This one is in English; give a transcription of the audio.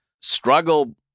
struggle